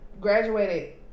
graduated